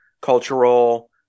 cultural